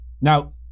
now